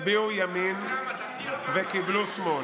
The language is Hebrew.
הצביעו ימין וקיבלו שמאל.